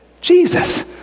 Jesus